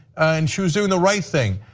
and she was doing the right thing.